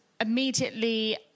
immediately